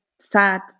sad